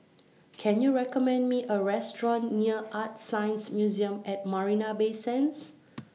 Can YOU recommend Me A Restaurant near ArtScience Museum At Marina Bay Sands